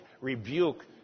rebuke